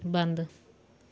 ਬੰਦ